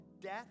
death